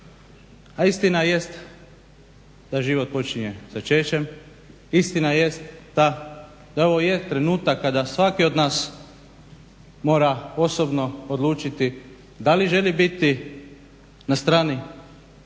A istina jest da život počinje začećem, istina jest da ovo je trenutak kada svaki od nas mora osobno odlučiti da li želi biti na strani te